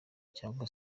cyangwa